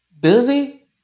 Busy